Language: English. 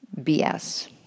BS